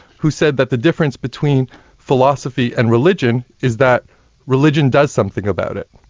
who said that the difference between philosophy and religion is that religion does something about it.